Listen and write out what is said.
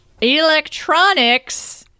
electronics